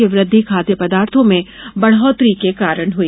यह वृद्धि खाद्य पदार्थों में बढ़ोतरी के कारण हुई